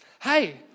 hey